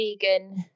vegan